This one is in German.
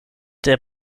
der